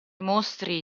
mostri